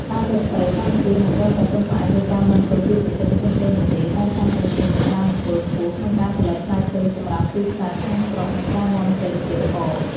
តាមពិតទៅ កម្ពុជាមិនត្រឹមតែពឹងផ្អែកលើការនាំចូលពីប្រទេសផ្សេងៗនោះទេ តែថែមទាំងមានសក្តានុពលខ្ពស់ក្នុងការផលិតផ្លែឈើសម្រាប់ទីផ្សារក្នុងស្រុក និងការនាំចេញទៀតផង។